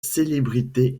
célébrités